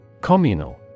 Communal